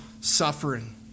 suffering